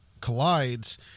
collides